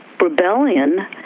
rebellion